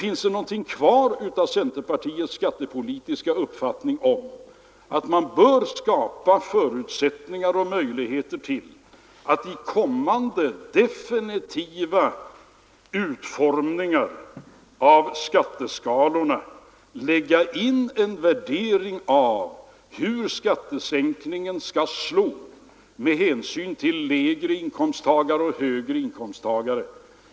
Finns det någonting kvar av centerpartiets skattepolitiska uppfattning att man bör skapa förutsättningar för och möjligheter till att i kommande definitiva utformningar av skatteskalorna lägga in en värdering av hur skattesänkningen skall slå med hänsyn till lägre inkomsttagare och högre inkomsttagare?